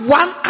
one